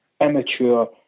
immature